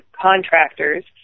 contractors